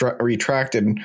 retracted